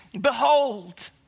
behold